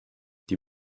die